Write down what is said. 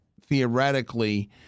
theoretically